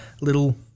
little